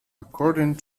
according